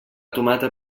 tomata